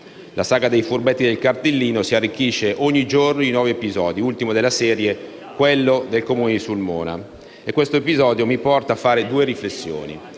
La saga dei furbetti del cartellino, intanto, si arricchisce ogni giorno di nuovi episodi, ultimo della serie quello del Comune di Sulmona. E questo episodio mi porta a fare due riflessioni.